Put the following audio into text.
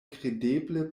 kredeble